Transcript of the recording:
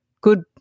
good